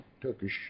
Turkish